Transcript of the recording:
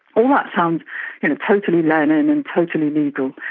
all that sounds you know totally lenin and totally legal,